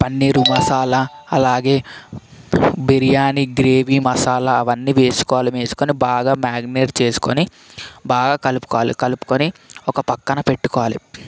పన్నీరు మసాలా అలాగే బిర్యానీ గ్రేవీ మసాలా అవన్నీ వేసుకోవాలి వేసుకొని బాగా మారినేట్ చేసుకుని బాగా కలుపుకొలి కలుపుకొని ఒక పక్కన పెట్టుకోవాలి